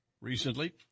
recently